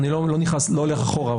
אני לא הולך אחורה.